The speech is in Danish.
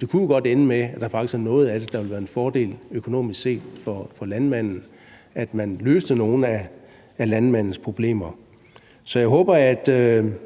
Det kunne jo godt ende med, at der faktisk er noget af det, der ville være en fordel i økonomisk, så man løste nogle af landmandens problemer. Så jeg håber,